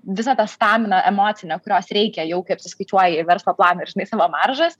visą tą staminą emocinę kurios reikia jau kaip apsiskaičiuoji verslo planą ir žinai savo maržas